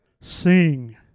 Sing